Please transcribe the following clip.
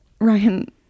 Ryan